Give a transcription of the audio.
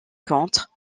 contre